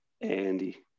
andy